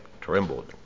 trembled